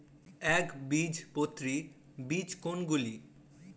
একবীজপত্রী বীজ কোন গুলি?